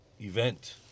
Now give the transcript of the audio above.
event